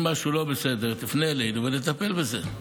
אם משהו לא בסדר, תפנה אלינו ונטפל בזה.